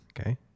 Okay